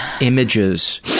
images